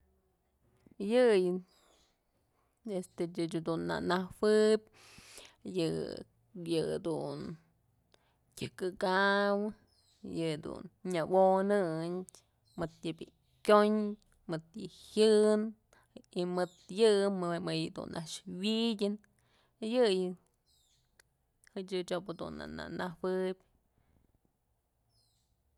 Yëyë ëch dun na najuëb yë, yëdun tyëkëkaw, yëdun nyawonëndyë, yë bi'i kyondyë mëd yë jyën y mëd yë mëyë dun a'ax wi'ityën yëyë ëch ob dun na najuëb.